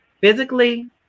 physically